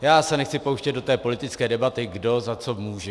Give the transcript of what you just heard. Já se nechci pouštět do té politické debaty, kdo za co může.